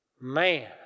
Man